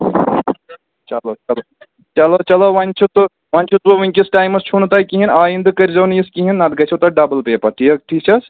چلو چلو چلو چلو وۅنۍ چھُ تہٕ وۅنۍ چھُ وُنکٮ۪س ٹایمَس چھُو نہٕ تۄہہِ کِہیٖنٛۍ آیِنٛدٕ کٔرۍزیٚو نہٕ یِتھٕ کٔنۍ کِہیٖنٛۍ نَتہٕ گژھٮ۪و تۄہہِ ڈبُل پےَ پتہٕ تی حظ ٹھیٖک چھِ حظ